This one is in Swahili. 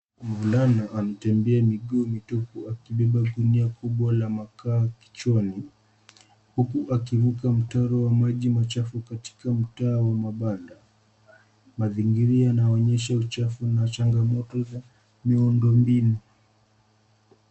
Mvulana anatembea miguu mitupu, akibeba gunia kubwa la makaa kichwani, huku akiruka mtaro wa maji machafu katika mtaa wa mabanda. Mazingira yanaonyesha uchafu na changamoto za miundombinu.